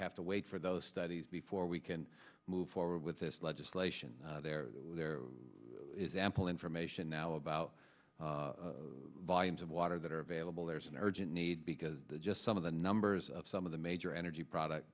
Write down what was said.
have to wait for those studies before we can move forward with this legislation there is ample information now about volumes of water that are available there's an urgent need because just some of the numbers of some of the major energy product